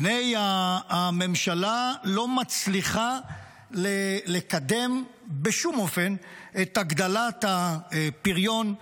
הינה הממשלה לא מצליחה לקדם בשום אופן את הגדלת הפריון,